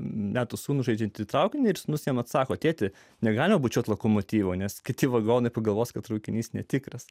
metų sūnų žaidžiantį traukinį ir sūnus jam atsako tėti negalima bučiuoti lokomotyvo nes kiti vagonai pagalvos kad traukinys netikras